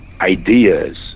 ideas